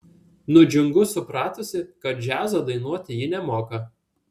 nudžiungu supratusi kad džiazo dainuoti ji nemoka